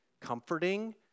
comforting